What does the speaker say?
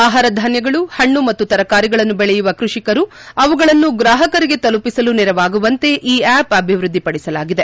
ಆಹಾರ ಧಾನ್ಯಗಳು ಹಣ್ಣು ಮತ್ತು ತರಕಾರಿಗಳನ್ನು ಬೆಳೆಯುವ ಕೃಷಿಕರು ಅವುಗಳನ್ನು ಗ್ರಾಹಕರಿಗೆ ತಲುಪಿಸಲು ನೆರವಾಗುವಂತೆ ಈ ಆಪ್ ಅಭಿವೃದ್ದಿಪಡಿಸಲಾಗಿದೆ